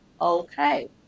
okay